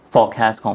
Forecast